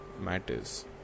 matters